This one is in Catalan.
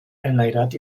enlairat